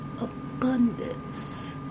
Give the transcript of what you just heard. abundance